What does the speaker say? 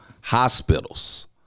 Hospitals